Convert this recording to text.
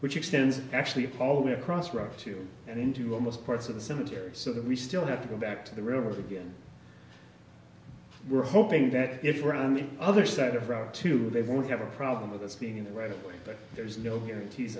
which extends actually probably across russia to and into almost parts of the cemetery so that we still have to go back to the river again we're hoping that if we're on the other side of route two they won't have a problem with us being in the right but there's no guarantees